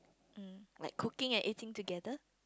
um like cooking and eating together